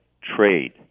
trade